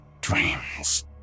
dreams